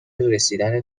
رسیدن